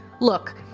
Look